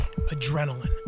adrenaline